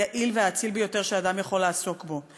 היעיל והאציל ביותר שאדם יכול לעסוק בו.